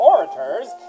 Orators